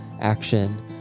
action